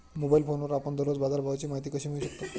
Mobile फोनवर आपण दररोज बाजारभावाची माहिती कशी मिळवू शकतो?